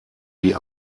die